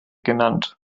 genannt